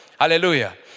Hallelujah